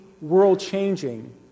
world-changing